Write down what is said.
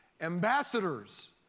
ambassadors